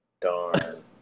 Darn